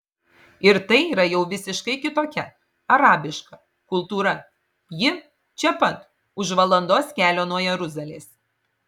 ir tai yra jau visiškai kitokia arabiška kultūra ji čia pat už valandos kelio nuo jeruzalės